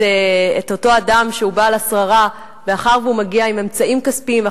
אותו אדם שהוא בעל השררה מאחר שהוא מגיע עם אמצעים כספיים,